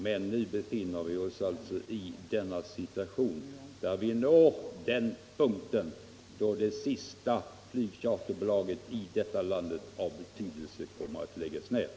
Men nu har vi snart nått den punkten då det sista charterbolaget av betydelse här i landet kommer att läggas ned.